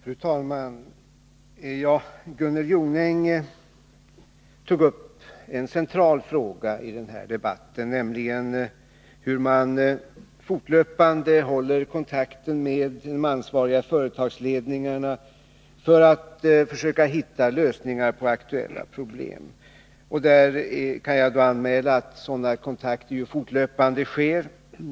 Fru talman! Gunnel Jonäng tog upp en central fråga i debatten, nämligen hur man fortlöpande håller kontakten med de ansvariga företagsledningarna för att försöka hitta lösningar på aktuella problem. Jag kan anmäla att sådana kontakter fortlöpande sker.